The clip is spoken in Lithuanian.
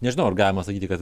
nežinau ar galima sakyti kad